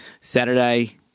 Saturday